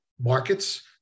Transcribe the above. markets